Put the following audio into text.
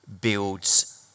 builds